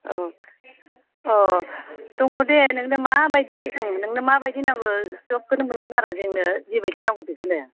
औ अह दङ दे नोंनो माबायदि ओं नोंनो माबायदि नांगौ सबखौनो मोनगोन आरो जोंनो जेबादि नांगौ बेखौनो